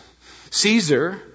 Caesar